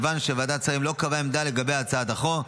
וכיוון שוועדת שרים לא קבעה עמדה לגבי הצעת החוק,